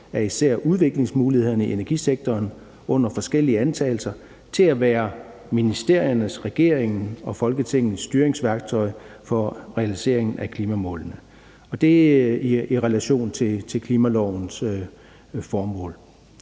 af især udviklingsmulighederne i energisektoren under forskellige antagelser til at være ministeriernes, regeringens og Folketingets styringsværktøj for realisering af klimamålene, og det er i relation til klimalovens formål.